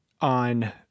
on